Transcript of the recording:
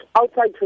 outside